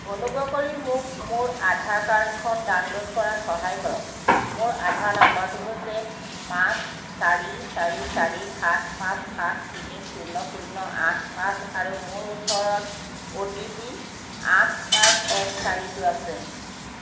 অনুগ্ৰহ কৰি মোক মোৰ আধাৰ কাৰ্ডখন ডাউনল'ড কৰাত সহায় কৰক মোৰ আধাৰ নাম্বাৰটো হৈছে পাঁচ চাৰি চাৰি চাৰি সাত পাঁচ সাত তিনি শূন্য শূন্য আঠ পাঁচ আৰু মোৰ ওচৰত অ' টি পি আঠ পাঁচ এক চাৰিটো আছে